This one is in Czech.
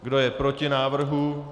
Kdo je proti návrhu?